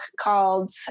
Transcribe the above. called